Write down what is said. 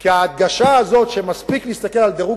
כי ההדגשה הזאת שמספיק להסתכל על דירוג